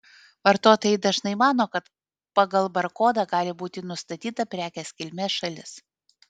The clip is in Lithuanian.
vartotojai dažnai mano kad pagal barkodą gali būti nustatyta prekės kilmės šalis